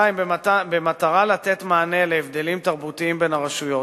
במטרה לתת מענה להבדלים תרבותיים בין הרשויות,